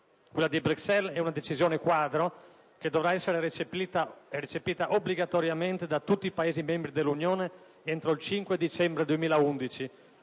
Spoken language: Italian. Quella di Bruxelles è una decisione quadro che dovrà essere recepita obbligatoriamente da tutti Paesi membri dell'Unione entro il 5 dicembre 2011,